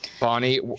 Bonnie